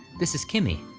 this is kimmie,